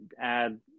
add